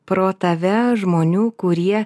pro tave žmonių kurie